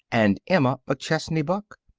and emma mcchesney buck.